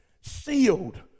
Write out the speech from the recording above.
sealed